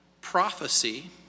Prophecy